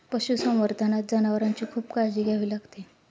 पशुसंवर्धनात जनावरांची खूप काळजी घ्यावी लागते